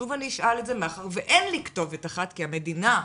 שוב אני אשאל את זה מאחר ואין לי כתובת אחת כי המדינה,